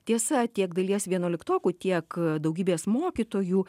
tiesa tiek dalies vienuoliktokų tiek daugybės mokytojų